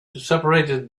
separated